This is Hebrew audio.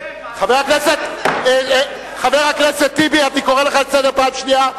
אבל, חבר הכנסת טיבי, אני קורא לך לסדר פעם שנייה.